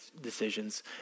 decisions